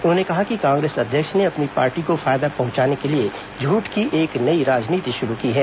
उन्होंने कहा कि कांग्रेस अध्यक्ष ने अपनी पार्टी को फायदा पहुंचाने के लिए झूठ की एक नई राजनीति शुरू की है